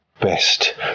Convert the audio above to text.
best